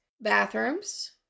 bathrooms